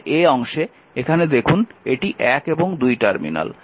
প্রথমে অংশে এখানে দেখুন এটি 1 এবং 2 টার্মিনাল